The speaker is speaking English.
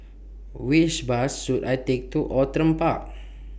Which Bus should I Take to Outram Park